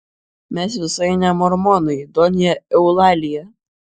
mes visai ne mormonai donja eulalija